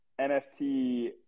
NFT